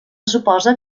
suposa